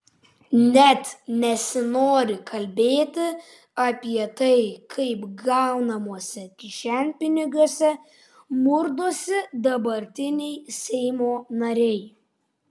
net nesinori kalbėti apie tai kaip gaunamuose kišenpinigiuose murdosi dabartiniai seimo nariai